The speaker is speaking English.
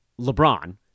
LeBron